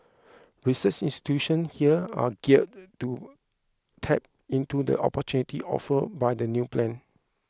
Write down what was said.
research institution here are geared to tap into the opportunity offered by the new plan